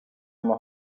oma